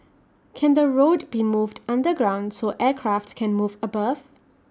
can the road be moved underground so aircraft can move above